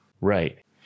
right